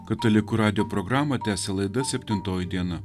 katalikų radijo programą tęsia laida septintoji diena